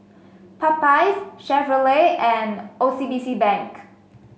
Popeyes Chevrolet and O C B C Bank